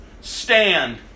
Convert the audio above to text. stand